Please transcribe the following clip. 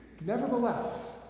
Nevertheless